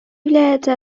является